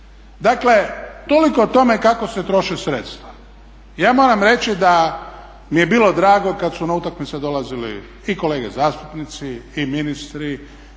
Dakle, toliko o tome kako se troše sredstva. Ja moram reći da mi je bilo drago kad su na utakmice dolazili i kolege zastupnici i ministri